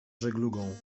żeglugą